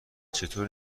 چطور